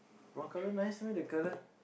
brown colour nice meh that colour